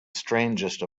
strangest